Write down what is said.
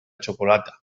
xocolata